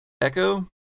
Echo